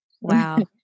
Wow